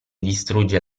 distrugge